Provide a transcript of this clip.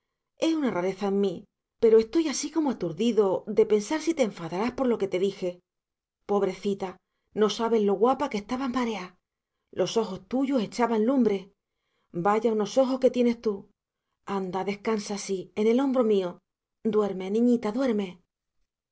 es una rareza en mí pero estoy así como aturdido de pensar si te enfadarás por lo que te dije pobrecita no sabes lo guapa que estabas mareá los ojos tuyos echaban lumbre vaya unos ojos que tienes tú anda descansa así en el hombro mío duerme niñita duerme